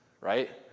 right